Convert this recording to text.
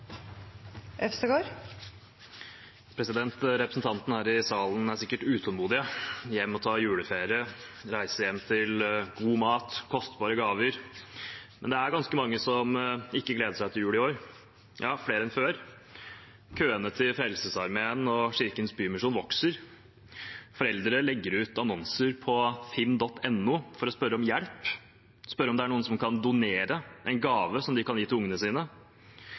sikkert utålmodige, hjem og ta juleferie, reise hjem til god mat, kostbare gaver. Men det er ganske mange som ikke gleder seg til jul i år, ja, flere enn før. Køene til Frelsesarmeen og Kirkens Bymisjon vokser. Foreldre legger ut annonser på finn.no for å spørre om hjelp, spørre om det er noen som kan donere en gave som de kan gi til ungene sine.